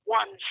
one